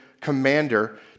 commander